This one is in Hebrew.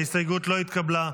ההסתייגות לא התקבלה.